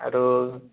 আৰু